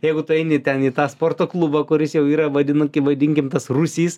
jeigu tu eini ten į tą sporto klubą kuris jau yra vadinu kai vadinkim tas rūsys